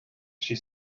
she